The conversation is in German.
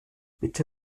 bitte